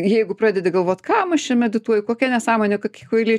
jeigu pradedi galvot kam aš čia medituoju kokia nesąmonė kokie kvailiai